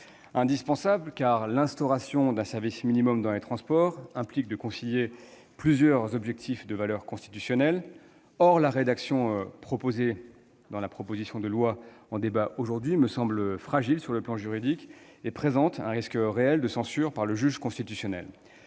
indispensable, car l'instauration d'un service minimum dans les transports implique de concilier plusieurs objectifs de valeur constitutionnelle. Or la rédaction actuelle de la proposition de loi me semble fragile sur le plan juridique et présente un risque réel de censure par le juge constitutionnel.